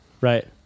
Right